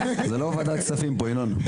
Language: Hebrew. זו לא ועדת הכספים פה, ינון.